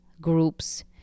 groups